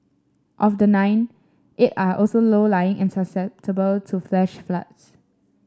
of the nine eight all also are low lying and susceptible to flash floods